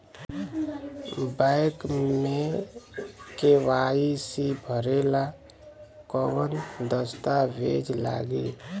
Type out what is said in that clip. Bank मे KYC भरेला कवन दस्ता वेज लागी?